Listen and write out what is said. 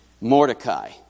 Mordecai